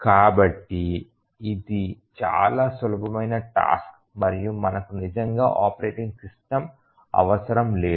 కాబట్టి ఇది చాలా సులభమైన టాస్క్ మరియు మనకు నిజంగా ఆపరేటింగ్ సిస్టమ్ అవసరం లేదు